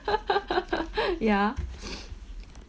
ya